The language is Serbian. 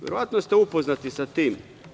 Verovatno ste upoznati sa tim.